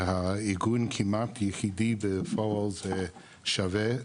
שהארגון הכמעט יחידי בפועל זה שבי ישראל,